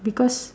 because